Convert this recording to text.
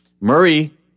Murray